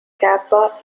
kappa